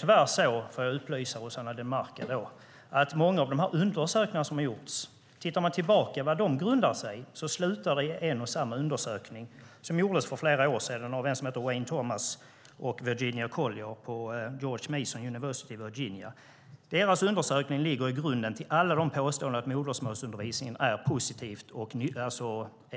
Tyvärr får jag upplysa Rossana Dinamarca om att många av de undersökningar som har gjorts grundar sig på en och samma undersökning, som gjordes för flera år sedan av Wayne Thomas och Virginia Collier vid George Mason University i Virginia. Deras undersökning ligger som grund till alla påståenden om att modersmålsundervisningen är